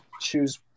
choose